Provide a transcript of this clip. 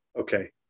Okay